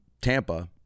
Tampa